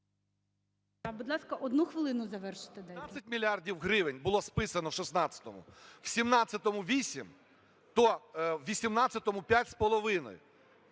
Будь ласка, одну хвилину завершити